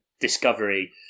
Discovery